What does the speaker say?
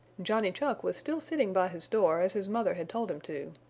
johnny chuck was still sitting by his door as his mother had told him to.